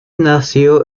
nació